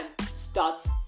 starts